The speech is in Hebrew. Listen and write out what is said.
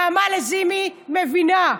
נעמה לזימי מבינה,